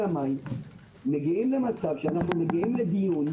אלא מגיעים למצב שאנחנו מגיעים לדיון,